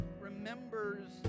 remembers